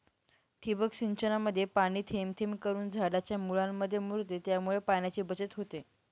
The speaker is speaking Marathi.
ठिबक सिंचनामध्ये पाणी थेंब थेंब करून झाडाच्या मुळांमध्ये मुरते, त्यामुळे पाण्याची बचत होते